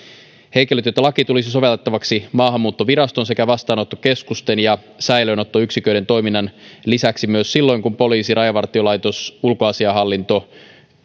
henkilötietolaki tulisi sovellettavaksi maahanmuuttoviraston sekä vastaanottokeskusten ja säilöönottoyksiköiden toiminnan lisäksi myös silloin kun poliisi rajavartiolaitos ulkoasiainhallinto